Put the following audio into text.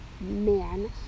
man